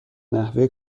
نحوه